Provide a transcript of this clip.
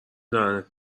دهنت